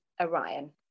Orion